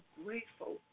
grateful